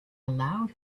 allowed